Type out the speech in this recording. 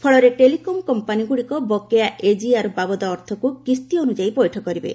ଫଳରେ ଟେଲିକମ୍ କମ୍ପାନିଗୁଡ଼ିକ ବକେୟା ଏଜିଆର୍ ବାବଦ ଅର୍ଥକୁ କିସ୍ତି ଅନୁଯାୟୀ ପଇଠ କରିବେ